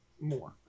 more